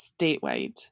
statewide